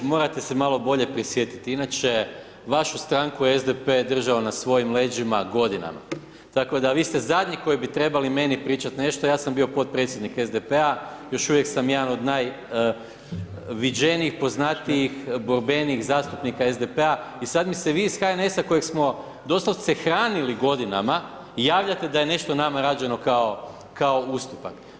Morate se malo bolje prisjetiti, inače vašu stranku je SDP držao na svojim leđima godinama, tako da vi ste zadnji koji bi trebali meni pričati nešto, ja sam bio potpredsjednik SDP-a još uvijek sam jedan od najviđenijih, poznatijih, borbenijih zastupnika SDP-a i sada mi se vi iz HNS-a kojeg smo doslovce hranili godinama, javljate da je nešto nama rađeno kao ustupak.